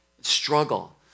Struggle